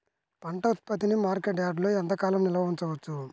పంట ఉత్పత్తిని మార్కెట్ యార్డ్లలో ఎంతకాలం నిల్వ ఉంచవచ్చు?